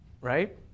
Right